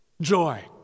joy